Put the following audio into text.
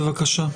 בבקשה.